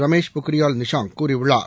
ரமேஷ் பொக்ரியால் நிஷாங் கூறியுள்ளார்